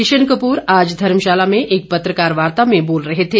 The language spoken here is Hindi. किशन कपूर आज धर्मशाला में एक पत्रकार वार्ता में बोल रहे थे